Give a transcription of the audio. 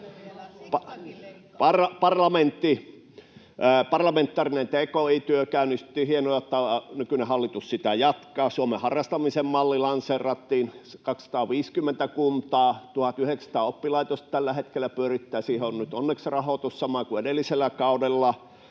Parlamentaarinen tki-työ käynnistettiin — on hienoa, että nykyinen hallitus sitä jatkaa. Suomen harrastamisen malli lanseerattiin — 250 kuntaa, 1 900 oppilaitosta sitä tällä hetkellä pyörittää. Siihen on nyt onneksi rahoitus, samoin kuin edellisellä kaudella.